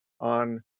on